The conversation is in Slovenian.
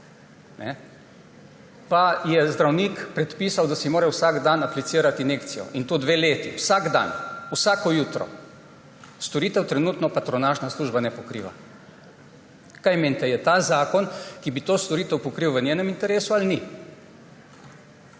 pa je zdravnik predpisal, da si mora vsak dan aplicirati injekcijo, in to dve leti, vsak dan, vsako jutro. Storitve trenutno patronažna služba ne pokriva. Kaj menite, ali je ta zakon, ki bi to storitev pokril, v njenem interesu ali ni.